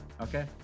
Okay